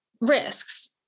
risks